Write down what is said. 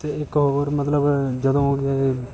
ਅਤੇ ਇਕ ਹੋਰ ਮਤਲਬ ਜਦੋਂ